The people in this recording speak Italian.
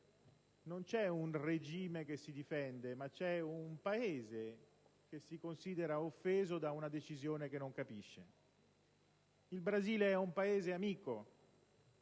non c'è un regime che si difende, ma un Paese che si considera offeso da una decisione che non capisce. Il Brasile è un Paese amico,